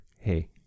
hey